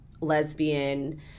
lesbian